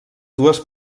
dues